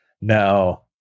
now